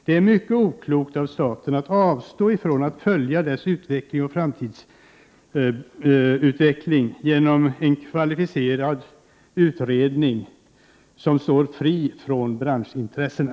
Det är mycket oklokt av staten att avstå från att följa dess framtidsutveckling, vilket man hade kunnat göra genom att tillsätta en kvalificerad utredning som står fri från branschintressena.